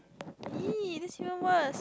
!ee! that's even worse